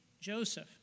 Joseph